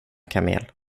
kamel